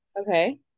Okay